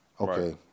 okay